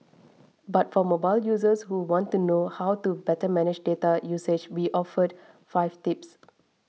but for mobile users who want to know how to better manage data usage we offered five tips